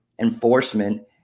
enforcement